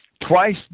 Twice